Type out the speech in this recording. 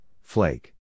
flake